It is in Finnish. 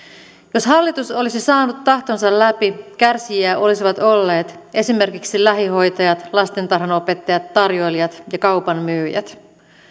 jos hallitus olisi saanut tahtonsa läpi kärsijöitä olisivat olleet esimerkiksi lähihoitajat lastentarhanopettajat tarjoilijat ja kaupan myyjät